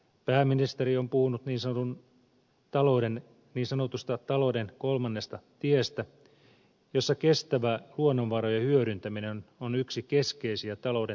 pääministeri on puhunut niin sanotusta talouden kolmannesta tiestä jossa kestävä luonnonvarojen hyödyntäminen on yksi keskeisiä talouden tukielementtejä jatkossa